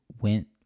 went